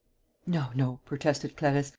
no, no, protested clarisse,